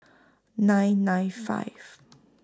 nine nine five